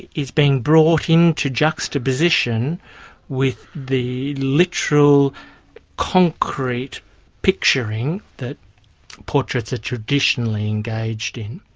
is being brought into juxtaposition with the literal concrete picturing that portraits are traditionally engaged in.